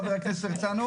חבר הכנסת הרצנו,